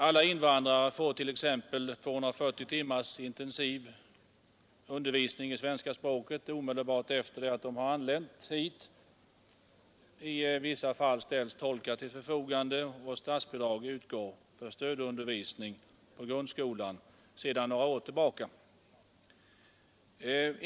Alla invandrare får t.ex. 240 timmars intensiv undervisning i svenska språket omedelbart efter det att de har anlänt hit; i vissa fall ställs tolkar till deras förfogande och statsbidrag utgår för stödundervisning i grundskolan sedan några år tillbaka.